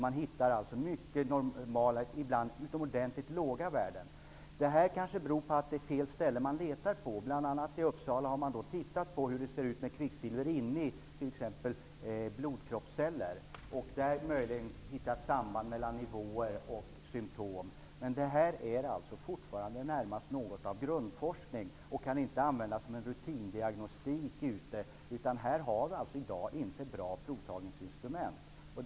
Man hittar normala och ibland utomordentligt låga värden. Det kanske beror på att man letar på fel ställe. Bl.a. i Uppsala har man tittat på hur det ser ut med kvicksilver inne i t.ex. blodkroppsceller. Där har man möjligen hittat ett samband mellan nivåer och symtom. Detta är alltså fortfarande något av grundforskning. Det kan inte användas som en rutindiagnostik ute. Här finns det inte bra provtagningsinstrument i dag.